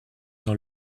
dans